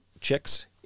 chicks